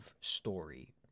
story